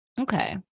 Okay